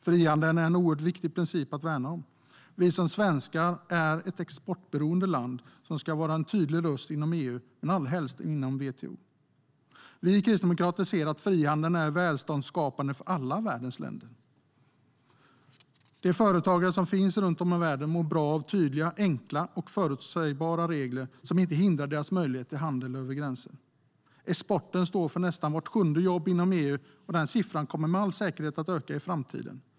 Frihandeln är en oerhört viktig princip att värna om. Sverige är ett exportberoende land som ska vara en tydlig röst inom EU men allra helst inom WTO. Vi kristdemokrater ser att frihandeln är välståndsskapande för alla världens länder. De företagare som finns runt om i världen mår bra av tydliga, enkla och förutsägbara regler som inte hindrar deras möjlighet till handel över gränser. Exporten står för nästan vart sjunde jobb inom EU, och den siffran kommer med all säkerhet att öka i framtiden.